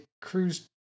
cruise